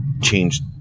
changed